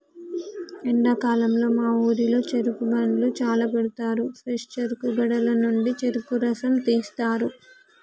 ఎండాకాలంలో మా ఊరిలో చెరుకు బండ్లు చాల పెడతారు ఫ్రెష్ చెరుకు గడల నుండి చెరుకు రసం తీస్తారు